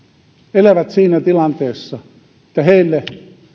elävät siinä tilanteessa että heille